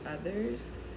others